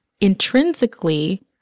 intrinsically